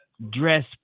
Dress